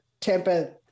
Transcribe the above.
temper